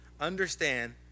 understand